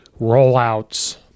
rollouts